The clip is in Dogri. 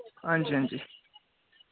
हांजी हांजी